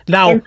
Now